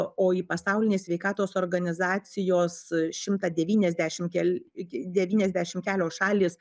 o į pasaulinės sveikatos organizacijos šimtą devyniasdešimt kel devyniasdešimt kelios šalys